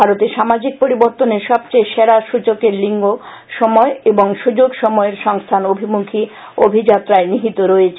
ভারতে সামাজিক পরিবর্তনের সবচেয়ে সেরা সচক এর লিঙ্গ সময় এবং সুযোগ সময়ের সংস্থান অভিমুখী অভিযাত্রায় নিহিত রয়েছে